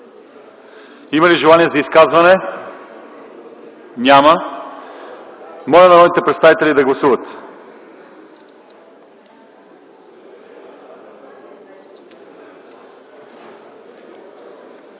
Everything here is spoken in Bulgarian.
ИВАНОВ: Желания за изказвания? Няма. Моля народните представители да гласуват